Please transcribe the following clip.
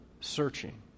searching